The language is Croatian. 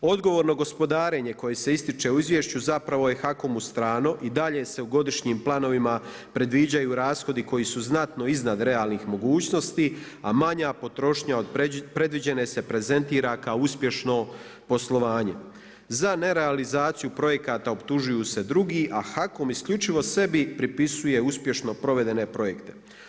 Odgovorno gospodarenje koje se ističe u izvješću HAKOM-u strano i dalje se u godišnjim planovima predviđaju rashodi koji su znatno iznad realnih mogućnosti, a manja potrošnja od predviđene se prezentira kao uspješno poslovanje, za ne realizaciju projekata optužuju se drugi, a HAKOM isključivo sebi pripisuje uspješno provedene projekte.